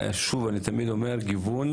שוב אני תמיד אומר גיוון.